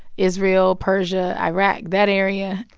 israel, persia, iraq that area.